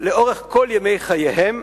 לאורך כל ימי חייהם